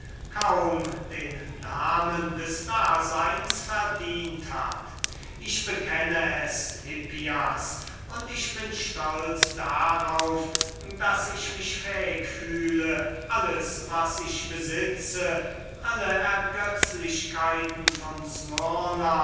kaum den namen des daseins verdient hat ich bekenne es hippias und bin stolz darauf daß ich fähig wäre alles was ich besitze alle ergötzlichkeiten von